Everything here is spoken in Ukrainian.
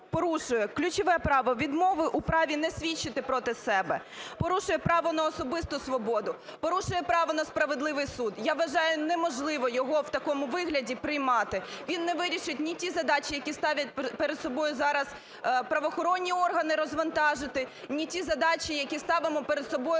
порушує ключове право – відмови у праві не свідчити проти себе, порушує право на особисту свободу, порушує право на справедливий суд. Я вважаю, неможливо його в такому вигляді приймати, він не вирішить не ті задачі, які ставлять перед собою зараз правоохоронні органи, – розвантажити, не ті задачі, які ставимо перед собою